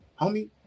homie